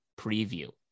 preview